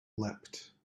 leapt